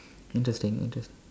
interesting interest